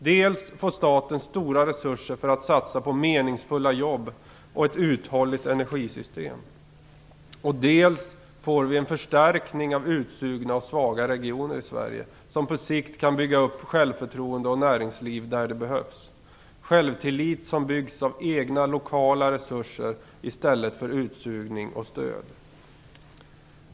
Dels får staten stora resurser att satsa på meningsfulla jobb och ett uthålligt energisystem, dels får vi en förstärkning av utsugna och svaga regioner i Sverige som på sikt kan bygga upp självförtroende och näringsliv där det behövs. Det ger självtillit som byggs av egna lokala resurser i stället för utsugning och stöd.